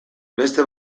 beste